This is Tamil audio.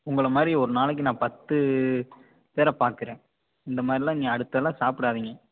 உங்களை மாதிரி ஒரு நாளைக்கு நான் பத்து பேரை பார்க்கறேன் இந்த மாதிரிலாம் நீங்கள் அடுத்தெல்லாம் சாப்பிடாதிங்க